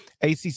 ACC